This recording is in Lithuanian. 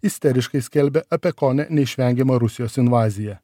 isteriškai skelbė apie kone neišvengiamą rusijos invaziją